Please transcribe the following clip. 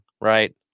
right